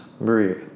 breathe